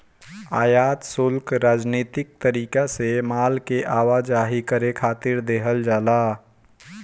आयात शुल्क राजनीतिक तरीका से माल के आवाजाही करे खातिर देहल जाला